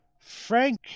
Frank